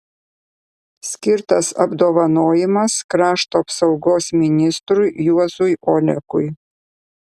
skirtas apdovanojimas krašto apsaugos ministrui juozui olekui